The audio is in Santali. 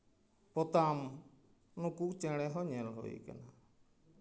ᱯᱚᱛᱟᱢ ᱱᱩᱠᱩ ᱪᱮᱬᱮ ᱦᱚᱸ ᱧᱮᱞ ᱦᱩᱭ ᱠᱟᱱᱟ